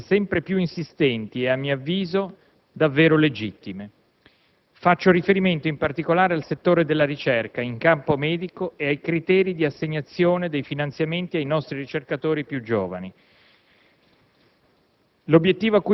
ultimamente con richieste sempre più insistenti e, a mio avviso, davvero legittime. Faccio riferimento in particolare al settore della ricerca in campo medico ed ai criteri di assegnazione dei finanziamenti ai nostri ricercatori più giovani